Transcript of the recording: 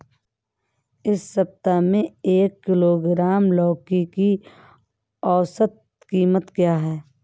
इस सप्ताह में एक किलोग्राम लौकी की औसत कीमत क्या है?